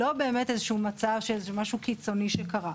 לא משהו קיצוני שקרה,